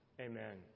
Amen